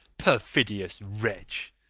perfidious wretch!